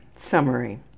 summary